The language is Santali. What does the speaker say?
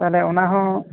ᱛᱟᱦᱚᱞᱮ ᱚᱱᱟ ᱦᱚᱸ